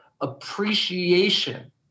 appreciation